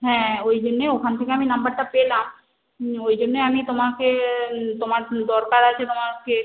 হ্যাঁ ওই জন্যে ওখান থেকে আমি নম্বরটা পেলাম ওই জন্যে আমি তোমাকে তোমার দরকার আছে তোমাকে